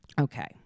Okay